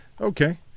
okay